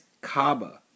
Kaba